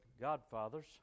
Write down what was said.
Godfather's